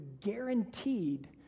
guaranteed